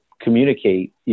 communicate